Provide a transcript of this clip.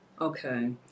Okay